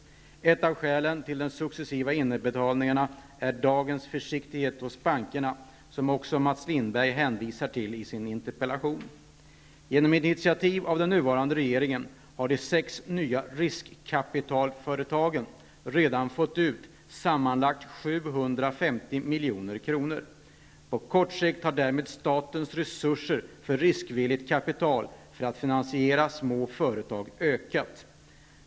Ett av skälen till de successiva inbetalningarna är dagens försiktighet hos bankerna, som också Mats Lindberg hänvisar till i sin interpellation. Genom initiativ av den nuvarande regeringen har de sex nya riskkapitalbolagen redan fått ut sammanlagt 750 milj.kr. På kort sikt har därmed statens resurser för riskvilligt kapital för att finansiera småföretag ökat.